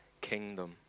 kingdom